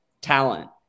talent